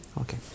Okay